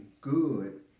good